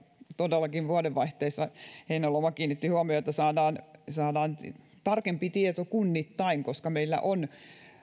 todellakin vuodenvaihteessa heinäluoma kiinnitti huomiota saadaan tarkempi tieto kunnittain koska meillä on